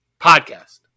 Podcast